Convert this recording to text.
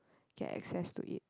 get access to it